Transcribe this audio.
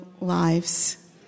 lives